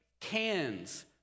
cans